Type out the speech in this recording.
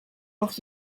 noch